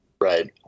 Right